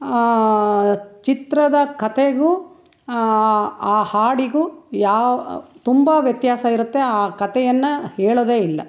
ಚಿತ್ರದ ಕಥೆಗೂ ಆ ಹಾಡಿಗೂ ಯಾವ ತುಂಬ ವ್ಯತ್ಯಾಸ ಇರುತ್ತೆ ಆ ಕಥೆಯನ್ನು ಹೇಳೋದೇ ಇಲ್ಲ